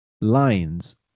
lines